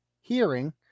hearing